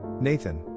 Nathan